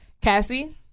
Cassie